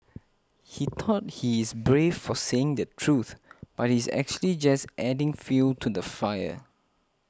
he thought he is brave for saying the truth but he's actually just adding fuel to the fire